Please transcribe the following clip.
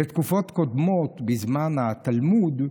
בתקופות קודמות, בזמן התלמוד,